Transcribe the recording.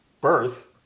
birth